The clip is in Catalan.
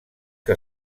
que